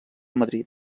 madrid